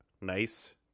nice